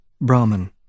Brahman